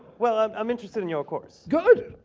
well, i'm interested in your course. good.